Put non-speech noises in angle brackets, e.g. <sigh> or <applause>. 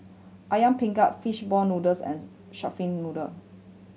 ayam <unintelligible> fish ball noodles and shark fin noodle